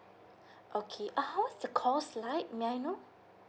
okay uh how's the cost like may I know